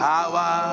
Power